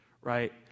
right